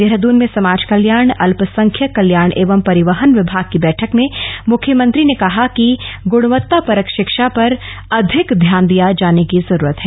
देहरादून में समाज कल्याण अल्पसंख्यक कल्याण एवं परिवहन विभाग की बैठक में मुख्यमंत्री ने कहा कि गुणवत्तापरक शिक्षा पर अधिक ध्यान दिये जाने की जरूरत है